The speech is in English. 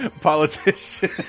politician